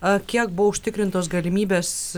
a kiek buvo užtikrintos galimybės